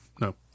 No